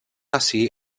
así